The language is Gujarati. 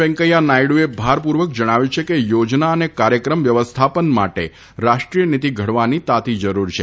વેંકૈયા નાયડુએ ભારપૂર્વક જણાવ્યું છે કે યાજના અને કાર્યક્રમ વ્યવસ્થાપન માટે રાષ્ટ્રીયનીતી ઘડવાની તાતી જરૂર છે